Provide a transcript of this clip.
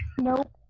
Nope